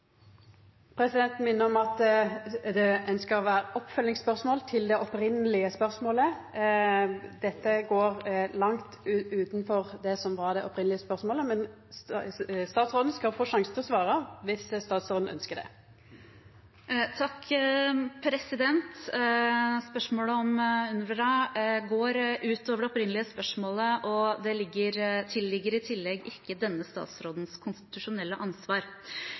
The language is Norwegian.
om at ein skal stilla oppfølgingsspørsmål til det opphavlege spørsmålet. Dette gjekk langt utover det som var det opphavlege spørsmålet, men statsråden skal få sjansen til å svara, om statsråden ønsker det. Spørsmålet om UNRWA går utover det opprinnelige spørsmålet, og det tilligger i tillegg ikke denne statsrådens konstitusjonelle ansvar.